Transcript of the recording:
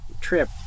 trip